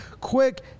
quick